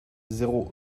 zéro